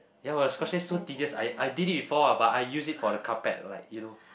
ya but scotch tape so tedious I I did it before but I use it on the carpet like you know